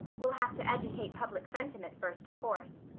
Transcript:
we'll have to educate public sentiment first, of course.